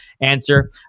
answer